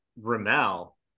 ramel